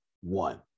one